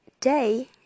day